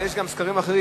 אבל יש גם סקרים אחרים.